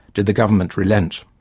did the government relent.